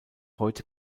heute